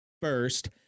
first